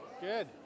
Good